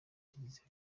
kiliziya